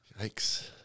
Yikes